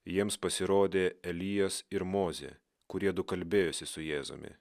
jiems pasirodė elijas ir mozė kuriedu kalbėjosi su jėzumi